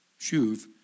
shuv